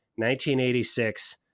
1986